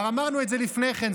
כבר אמרנו את זה לפני כן,